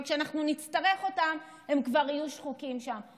אבל כשאנחנו נצטרך אותם הם כבר יהיו שחוקים שם.